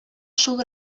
шул